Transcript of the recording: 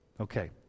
Okay